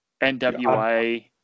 NWA